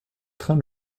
train